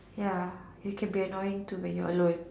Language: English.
ya you can be annoying too when you're alone